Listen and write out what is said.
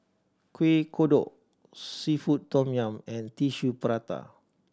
Kuih Kodok seafood tom yum and Tissue Prata